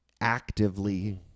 actively